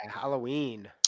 Halloween